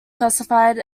classified